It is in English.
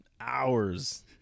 hours